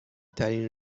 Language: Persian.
ترین